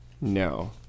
No